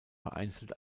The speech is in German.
vereinzelt